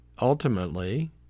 ultimately